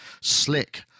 slick